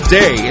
day